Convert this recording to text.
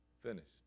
Finished